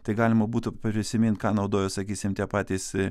tai galima būtų prisimint ką naudojo sakysim tie patys